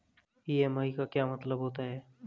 EMI का क्या मतलब होता है?